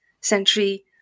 century